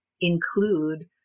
include